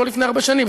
לא לפני הרבה שנים,